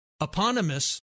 eponymous